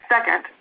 Second